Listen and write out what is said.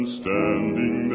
standing